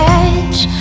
edge